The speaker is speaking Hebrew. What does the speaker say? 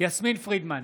יסמין פרידמן,